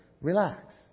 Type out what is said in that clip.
Relax